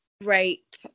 rape